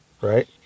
Right